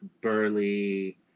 burly